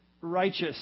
righteous